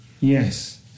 yes